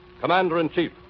Commander-in-Chief